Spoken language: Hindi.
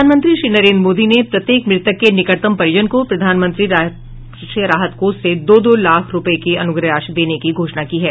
प्रधानमंत्री श्री नरेन्द्र मोदी ने प्रत्येक मृतक के निकटतम परिजन को प्रधानमंत्री राष्ट्रीय राहत कोष से दो दो लाख रुपये की अनुग्रह राशि देने की घोषणा की है